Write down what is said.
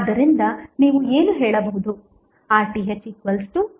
ಆದ್ದರಿಂದ ನೀವು ಏನು ಹೇಳಬಹುದು